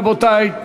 רבותי,